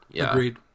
Agreed